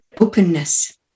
openness